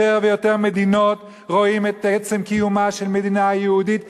ביותר ויותר מדינות רואים את עצם קיומה של מדינה יהודית כגזענות.